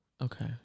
okay